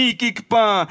kikpa